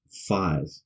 five